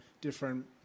different